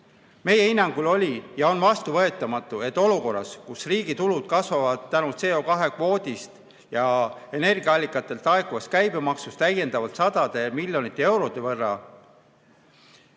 Meie hinnangul oli ja on vastuvõetamatu, et olukorras, kus riigi tulud kasvavad tänu CO2kvoodist ja energiaallikatelt laekuvast käibemaksust täiendavalt sadade miljonite eurode võrra,